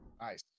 Nice